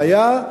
הבעיה,